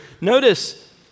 Notice